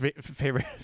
favorite